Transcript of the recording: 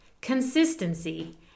consistency